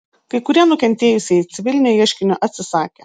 kai kurie nukentėjusieji civilinio ieškinio atsisakė